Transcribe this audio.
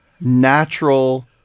natural